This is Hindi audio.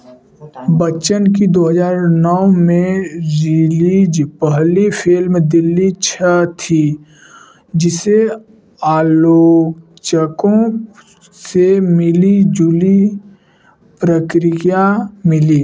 बच्चन की दो हज़ार नौ में रिलीज पहली फिल्म दिल्ली छः थी जिसे आलोचकों से मिली जुली प्रक्रिया मिली